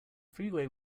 freeway